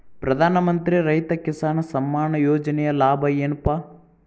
ಪ್ರಧಾನಮಂತ್ರಿ ರೈತ ಕಿಸಾನ್ ಸಮ್ಮಾನ ಯೋಜನೆಯ ಲಾಭ ಏನಪಾ?